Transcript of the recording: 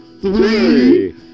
three